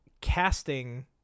casting